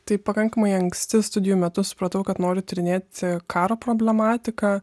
tai pakankamai anksti studijų metu supratau kad noriu tyrinėti karo problematiką